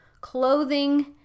clothing